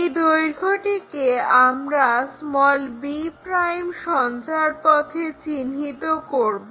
এই দৈর্ঘ্যটিকে আমরা b' সঞ্চারপথে চিহ্নিত করব